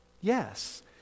Yes